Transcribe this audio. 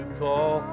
call